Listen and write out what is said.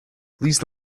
please